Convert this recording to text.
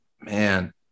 man